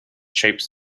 shapes